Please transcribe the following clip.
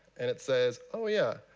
and it says oh yeah,